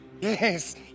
Yes